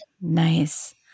nice